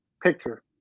picture